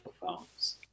phones